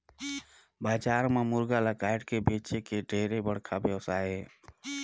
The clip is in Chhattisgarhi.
बजार म मुरगा ल कायट के बेंचे के ढेरे बड़खा बेवसाय हे